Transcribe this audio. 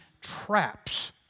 traps